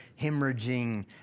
hemorrhaging